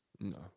No